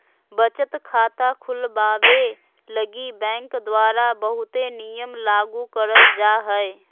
बचत खाता खुलवावे लगी बैंक द्वारा बहुते नियम लागू करल जा हय